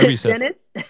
Dennis